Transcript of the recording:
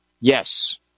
yes